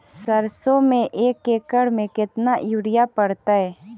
सरसों में एक एकड़ मे केतना युरिया पड़तै?